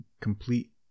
complete